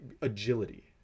agility